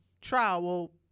trial